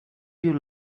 you